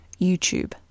YouTube